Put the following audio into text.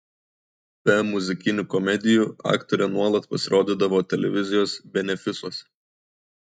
be muzikinių komedijų aktorė nuolat pasirodydavo televizijos benefisuose